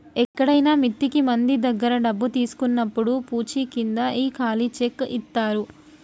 ఎక్కడైనా మిత్తికి మంది దగ్గర డబ్బు తీసుకున్నప్పుడు పూచీకింద ఈ ఖాళీ చెక్ ఇత్తారు